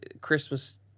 Christmas